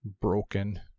broken